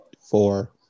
Four